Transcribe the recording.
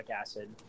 acid